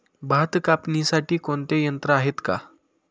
भात कापणीसाठी कोणते यंत्र आहेत का?